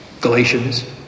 Galatians